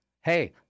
Hey